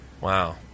wow